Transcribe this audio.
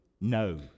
no